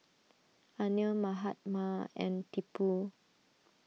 Anil Mahatma and Tipu